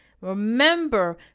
Remember